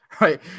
Right